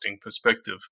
perspective